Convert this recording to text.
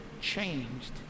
changed